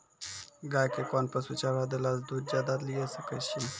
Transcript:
गाय के कोंन पसुचारा देला से दूध ज्यादा लिये सकय छियै?